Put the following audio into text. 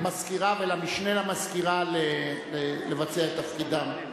למזכירה ולמשנה למזכירה לבצע את תפקידם.